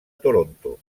toronto